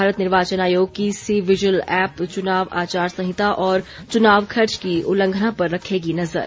भारत निर्वाचन आयोग की सी विजिल ऐप्प चुनाव आचार संहिता और चुनाव खर्च की उल्लंघना पर रखेगी नजर